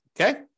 Okay